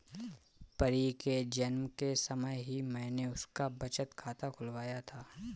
परी के जन्म के समय ही मैने उसका बचत खाता खुलवाया था